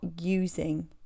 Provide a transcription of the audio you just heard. using